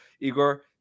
Igor